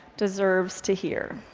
deserves to hear.